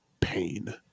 pain